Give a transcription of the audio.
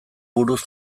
buruz